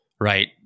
Right